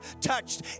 touched